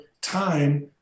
time